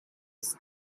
was